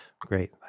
great